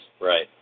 Right